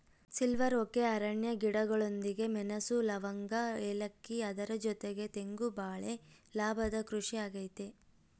silver oak ಅರಣ್ಯ ಗಿಡಗಳೊಂದಿಗೆ ಮೆಣಸು, ಲವಂಗ, ಏಲಕ್ಕಿ ಅದರ ಜೊತೆಗೆ ತೆಂಗು ಬಾಳೆ ಲಾಭದ ಕೃಷಿ ಆಗೈತೆ